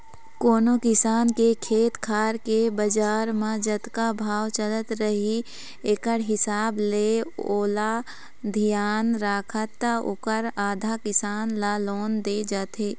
कोनो किसान के खेत खार के बजार म जतका भाव चलत रही एकड़ हिसाब ले ओला धियान रखत ओखर आधा, किसान ल लोन दे जाथे